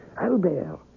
Albert